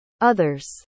others